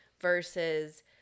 versus